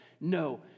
No